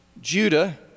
Judah